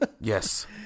Yes